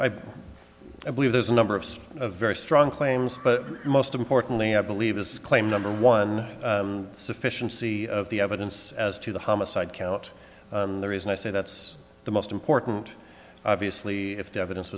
i believe there's a number of a very strong claims but most importantly i believe his claim number one sufficiency of the evidence as to the homicide count there is and i say that's the most important obviously if the evidence